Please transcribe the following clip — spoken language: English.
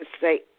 say